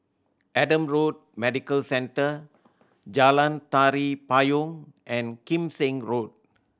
Adam Road Medical Centre Jalan Tari Payong and Kim Seng Road